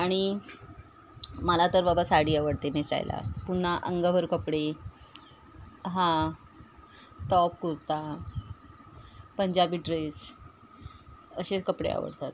आणि मला तर बाबा साडी आवडते नेसायला पुन्हा अंगाभर कपडे हां टॉप कुर्ता पंजाबी ड्रेस असे कपडे आवडतात